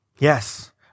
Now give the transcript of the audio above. Yes